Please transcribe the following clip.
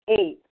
Eight